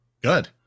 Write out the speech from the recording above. Good